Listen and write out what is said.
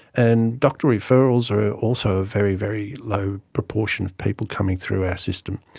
and doctor referrals are also a very, very low proportion of people coming through our system.